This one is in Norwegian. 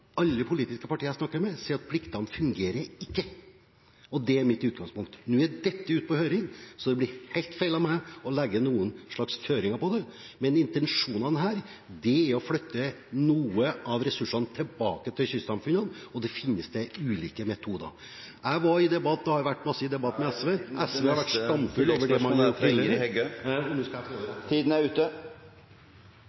politiske partier jeg snakker med, sier at pliktene fungerer ikke. Det er mitt utgangspunkt. Nå er dette ute på høring, så det blir helt feil av meg å legge noen slags føringer på det, men intensjonene her er å flytte noe av ressursene tilbake til kystsamfunnene, og der finnes det ulike metoder. Jeg har vært i debatt også med SV. SV har vært skamfull over det man har gjort tidligere, og nå skal jeg